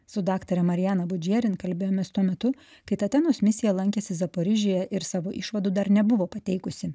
su daktare mariana budžerin kalbėjomės tuo metu kai tatenos misija lankėsi zaporižėje ir savo išvadų dar nebuvo pateikusi